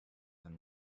than